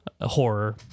horror